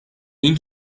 این